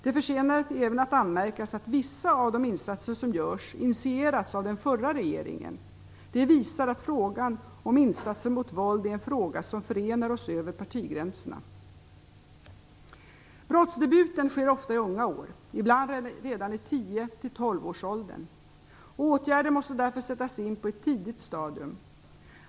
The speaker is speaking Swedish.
Det förtjänar även att anmärkas att vissa av de insatser som görs initierats av den förre regeringen. Detta visar att frågan om insatser mot våld är en fråga som förenar oss över partigränserna. Brottsdebuten sker ofta i unga år, ibland redan i 10-12-årsåldern. Åtgärder måste därför sättas in på ett tidigt stadium.